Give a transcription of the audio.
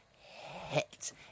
hit